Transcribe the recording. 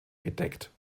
bedeckt